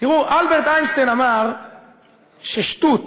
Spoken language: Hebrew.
אלברט איינשטיין אמר ששטות,